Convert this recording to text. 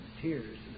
tears